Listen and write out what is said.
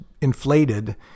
inflated